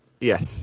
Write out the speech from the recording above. Yes